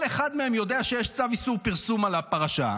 אחד מהם יודע שיש צו איסור פרסום על הפרשה,